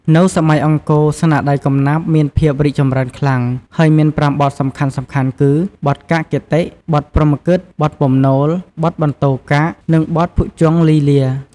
ក្នុងសម័យអង្គរ ស្នាដៃកំណាព្យមានភាពរីកចម្រើនខ្លាំង ហើយមាន ៥ បទសំខាន់ៗគឺ បទកាកគតិ, បទព្រហ្មគីតិ, បទពំនោល, បទបន្ទោកាក, និង បទភុជង្គលីលា។